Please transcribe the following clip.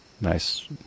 nice